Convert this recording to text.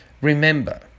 Remember